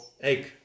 egg